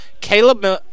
Caleb